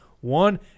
one